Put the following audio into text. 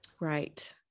right